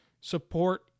Support